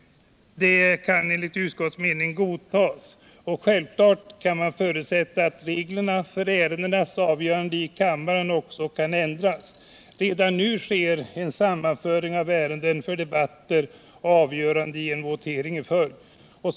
Det kan enligt utskottets mening godtas. Självklart kan man förutsätta att reglerna för ärendenas avgörande i kammaren också kan ändras. Redan nu sker en sammanföring av ärenden för debatter och avgörande i votering i följd.